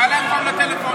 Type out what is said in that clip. שהיה להם חוב לטלפון,